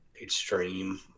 extreme